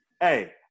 hey